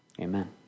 amen